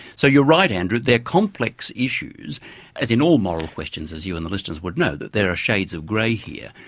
so you're right andrew, they're complex issues as in all moral questions as you and the listeners would know that there are shades of grey here.